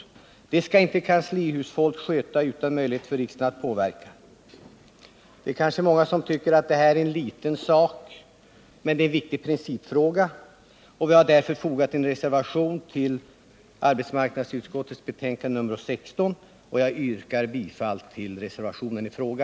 Fördelningen skall inte skötas av kanslihusfolk utan möjlighet för riksdagen att påverka. Många kanske tycker att det här är en liten sak, men det är en viktig principfråga. Vi har därför fogat en reservation till arbetsmarknadsutskottets betänkande nr 16, och jag yrkar bifall till reservationen i fråga.